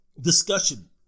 discussion